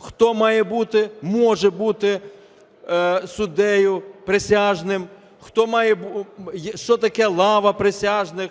хто має бути, може бути суддею, присяжним, що таке лава присяжних,